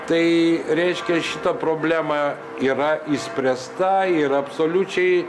tai reiškia šita problema yra išspręsta ir absoliučiai